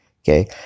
okay